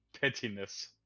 pettiness